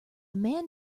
man